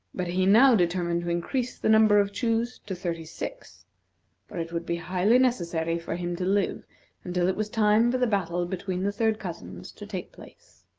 but he now determined to increase the number of chews to thirty-six, for it would be highly necessary for him to live until it was time for the battle between the third cousins to take place.